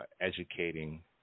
educating